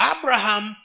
Abraham